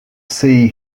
see